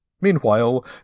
Meanwhile